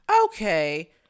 Okay